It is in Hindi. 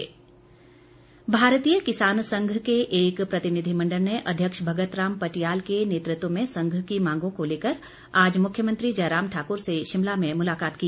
मेंट भारतीय किसान संघ के एक प्रतिनिधिमंडल ने अध्यक्ष भगत राम पटियाल के नेतृत्व में संघ की मांगों को लेकर आज मुख्यमंत्री जयराम ठाकुर से शिमला में मुलाकात की